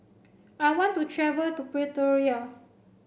I want to travel to Pretoria